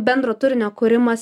bendro turinio kūrimas